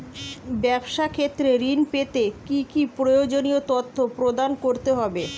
ব্যাবসা ক্ষেত্রে ঋণ পেতে কি কি প্রয়োজনীয় তথ্য প্রদান করতে হবে?